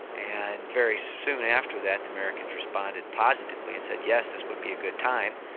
and very soon after that, the americans responded positively and said, yes, this would be a good time'.